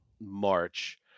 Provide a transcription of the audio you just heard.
March